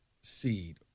seed